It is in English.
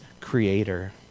creator